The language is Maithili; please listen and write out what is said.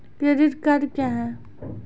क्रेडिट कार्ड क्या हैं?